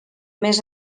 més